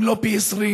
אם לא פי עשרים,